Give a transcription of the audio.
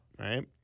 Right